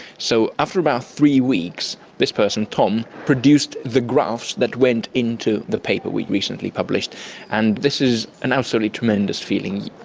so after about three weeks this person tom produced the graphs that went into the paper we had recently published and this is an absolute tremendous feeling.